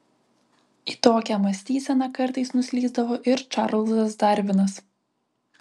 į tokią mąstyseną kartais nuslysdavo ir čarlzas darvinas